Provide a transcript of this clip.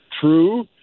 true